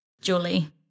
Julie